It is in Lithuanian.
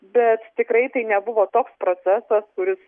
bet tikrai tai nebuvo toks procesas kuris